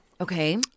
Okay